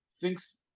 thinks